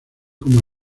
como